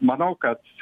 manau kad